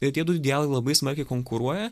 ir tie du idealai labai smarkiai konkuruoja